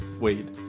Wade